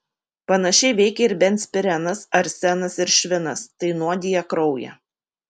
panašiai veikia ir benzpirenas arsenas ir švinas tai nuodija kraują